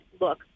look